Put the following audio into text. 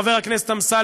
חבר הכנסת אמסלם,